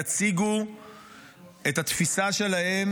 יציגו את התפיסה שלהם.